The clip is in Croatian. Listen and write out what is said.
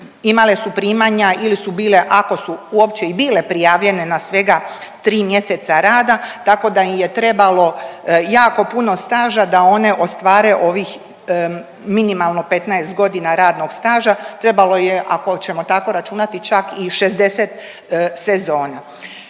Imale su primanja ili su bile ako su uopće i bile prijavljene na svega tri mjeseca rada, tako da im je trebalo jako puno staža da one ostvare ovih minimalno 15 godina radnog staža. Trebalo je ako ćemo tako računati čak i 60 sezona.